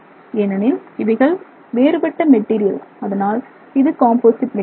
ஏனெனில் இவைகள் வேறுபட்ட மெட்டீரியல் அதனால் இது காம்போசிட் மெட்டீரியல்